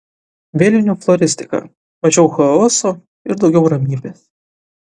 vėlinių floristika mažiau chaoso ir daugiau ramybės